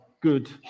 good